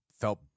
felt